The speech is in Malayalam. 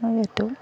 ഏറ്റവും